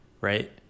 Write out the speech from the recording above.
Right